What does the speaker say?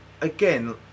again